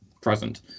present